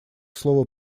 слово